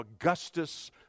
Augustus